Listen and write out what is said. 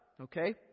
okay